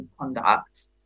conduct